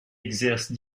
exerce